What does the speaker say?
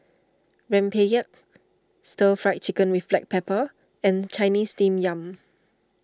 Rempeyek Stir Fried Chicken with Black Pepper and Chinese Steamed Yam